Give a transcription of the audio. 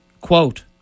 Quote